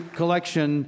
collection